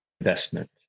investment